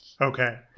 Okay